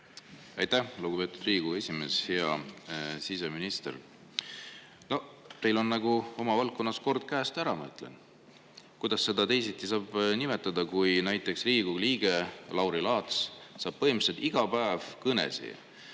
Aitäh, lugupeetud Riigikogu esimees! Hea siseminister! Teil on oma valdkonnas nagu kord käest ära, ma mõtlen. Kuidas seda teisiti saab nimetada, kui näiteks Riigikogu liige Lauri Laats saab põhimõtteliselt iga päev kõnesid